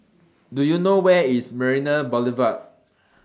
Do YOU know Where IS Marina Boulevard